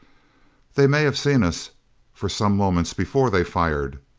they may have seen us for some moments before they fired.